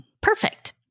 Perfect